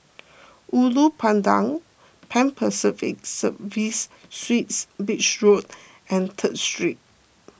Ulu Pandan Pan Pacific Serviced Suites Beach Road and Third Street